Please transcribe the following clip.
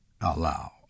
allow